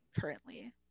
currently